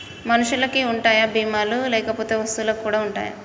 మనుషులకి ఉంటాయా బీమా లు లేకపోతే వస్తువులకు కూడా ఉంటయా?